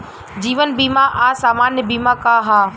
जीवन बीमा आ सामान्य बीमा का ह?